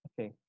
okay